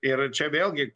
ir čia vėlgi